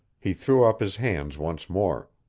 he threw up his hands once more.